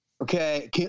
Okay